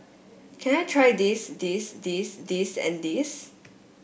can I try this this this this and this